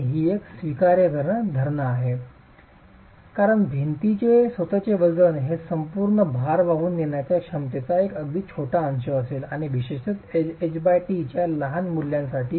आणि ही एक स्वीकारार्ह धारणा आहे कारण भिंतीचे स्वत चे वजन हे संपूर्ण भार वाहून नेण्याच्या क्षमतेचा एक अगदी छोटा अंश असेल आणि विशेषत h t च्या लहान मूल्यांसाठी